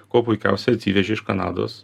kuo puikiausiai atsivežė iš kanados